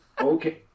Okay